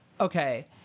okay